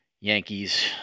Yankees